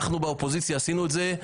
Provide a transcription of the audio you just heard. אנחנו באופוזיציה עשינו את זה,